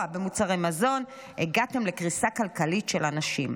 במוצרי מזון הגעתם לקריסה כלכלית של אנשים.